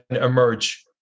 emerge